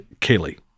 Kaylee